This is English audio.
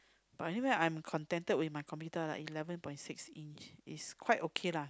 but anyway I'm contented with my computer lah eleven point six inch it's quite okay lah